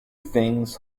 things